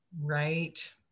right